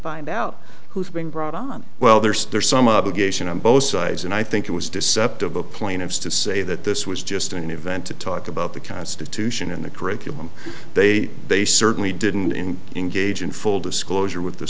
find out who's being brought on well there are some obligation on both sides and i think it was deceptive the plaintiffs to say that this was just an event to talk about the constitution in the curriculum they they certainly didn't in engage in full disclosure with the